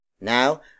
Now